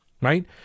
Right